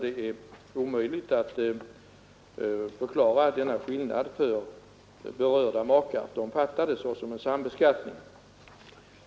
Det är omöjligt att förklara denna skillnad för berörda makar. De fattar det såsom en sambeskattning.